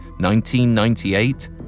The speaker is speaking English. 1998